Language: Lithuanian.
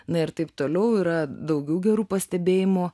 na ir taip toliau yra daugiau gerų pastebėjimų